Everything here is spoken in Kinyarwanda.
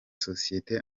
sosiyete